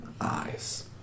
eyes